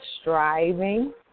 striving